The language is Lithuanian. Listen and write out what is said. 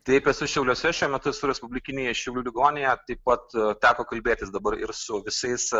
taip esu šiauliuose šiuo metu esu respublikinėje šiaulių ligoninėje taip pat teko kalbėtis dabar ir su visais